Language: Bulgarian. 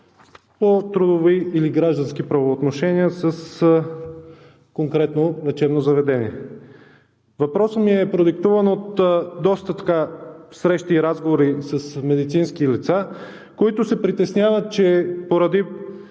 по трудови или граждански правоотношения с конкретно лечебно заведение. Въпросът ми е продиктуван от доста срещи и разговори с медицински лица, които се притесняват, че поради